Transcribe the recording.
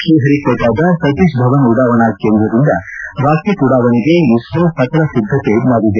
ಶ್ರೀಹರಿಕೋಟಾದ ಸತೀತ್ ಧವನ್ ಉಡಾವಣ ಕೇಂದ್ರದಿಂದ ರಾಕೆಟ್ ಉಡಾವಣೆಗೆ ಇಸ್ತೋ ಸಕಲಸಿದ್ದತೆ ಮಾಡಿದೆ